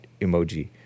emoji